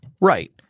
right